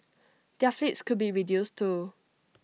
their fleets could be reduced too